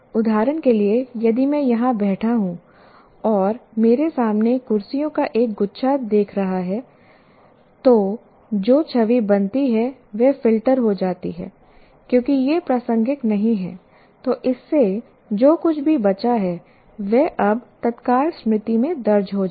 उदाहरण के लिए यदि मैं यहाँ बैठा हूँ और मेरे सामने कुर्सियों का एक गुच्छा देख रहा है तो जो छवि बनती है वह फ़िल्टर हो जाती है क्योंकि यह प्रासंगिक नहीं है तो इससे जो कुछ भी बचा है वह अब तत्काल स्मृति में दर्ज हो जाएगा